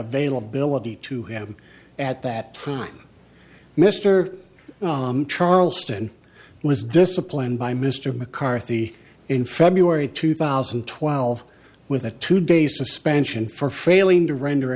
availability to him at that time mr charleston was disciplined by mr mccarthy in february two thousand and twelve with a two day suspension for failing to render